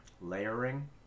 layering